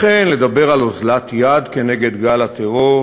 לכן לדבר על אוזלת יד נגד גל הטרור,